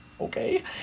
okay